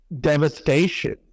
devastation